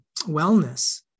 wellness